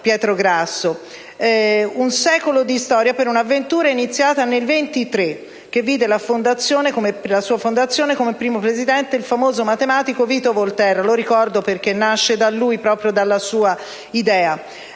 Pietro Grasso: un secolo di storia per un'avventura iniziata nel 1923 dal CNR, che alla sua fondazione ebbe come primo presidente il famoso matematico Vito Volterra, che ricordo perché nasce dalla sua idea.